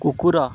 କୁକୁର